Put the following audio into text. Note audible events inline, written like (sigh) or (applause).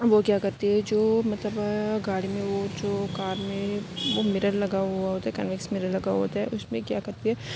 وہ کیا کرتی ہے جو مطلب گاڑی میں وہ جو کار میں وہ میرر لگا ہوا ہوتا ہے (unintelligible) میرر لگا ہوتا ہے اس میں کیا کرتی ہے